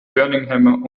birmingham